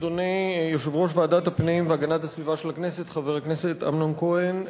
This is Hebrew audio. יושב-ראש הפנים והגנת הסביבה של הכנסת חבר הכנסת אמנון כהן,